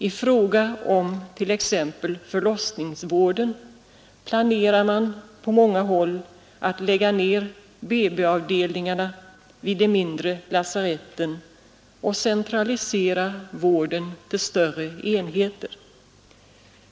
I fråga om t.ex. förlossningsvården planerar man på många håll att lägga ner BB-avdelningarna vid de mindre lasaretten och centralisera vården till större enheter.